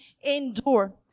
endure